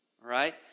right